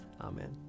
Amen